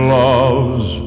loves